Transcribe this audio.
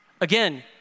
Again